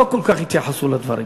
לא כל כך התייחסו לדברים.